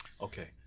Okay